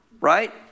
right